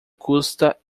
custa